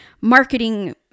marketing